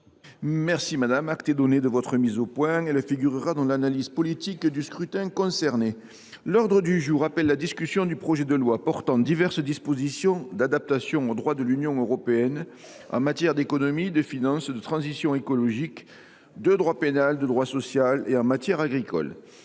pour. Acte vous est donné de votre mise au point, ma chère collègue. Elle figurera dans l’analyse politique du scrutin concerné. L’ordre du jour appelle la discussion du projet de loi portant diverses dispositions d’adaptation au droit de l’Union européenne en matière d’économie, de finances, de transition écologique, de droit pénal, de droit social et en matière agricole